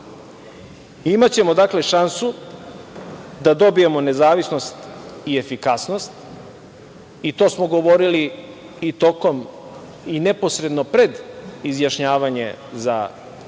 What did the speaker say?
promena. Imaćemo šansu da dobijemo nezavisnost i efikasnost, i to smo govorili i tokom i neposredno pred izjašnjavanje za referendum.